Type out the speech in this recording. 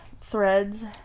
threads